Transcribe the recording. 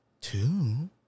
Two